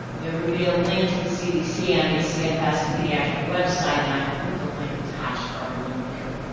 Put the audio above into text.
there would be a link to the cdc yeah me cfs pediatric website, and i put the link attached for everyone to view.